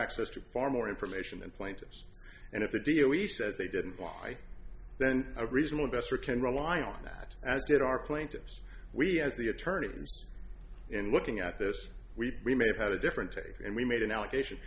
access to far more information and plaintiffs and if the deal he says they didn't why then a reasonable investor can rely on that as did our plaintiffs we as the attorney in looking at this we may have had a different take and we made an allegation